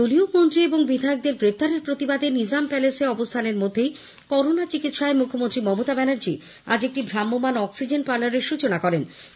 দলীয় মন্ত্রী এবং বিধায়কদের গ্রেফতারের প্রতিবাদে নিজাম প্যালেসে অবস্থান এর মধ্যেই করনা চিকিৎসায় মুখ্যমন্ত্রী মমতা ব্যানার্জি আজ একটি ভ্রাম্যমান অক্সিজেন পার্লারের সৃচনা করেছেন